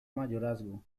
mayorazgo